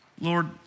Lord